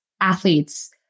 athletes